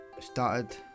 Started